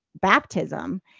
baptism